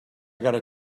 gotta